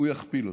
הוא יכפיל אותה.